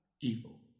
evil